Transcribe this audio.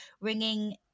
ringing